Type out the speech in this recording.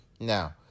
Now